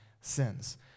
sins